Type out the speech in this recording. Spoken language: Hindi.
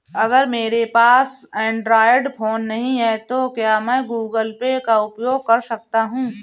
अगर मेरे पास एंड्रॉइड फोन नहीं है तो क्या मैं गूगल पे का उपयोग कर सकता हूं?